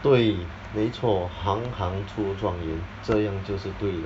对没错行行出状元这样就是对